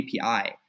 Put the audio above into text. API